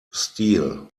steel